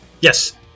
Yes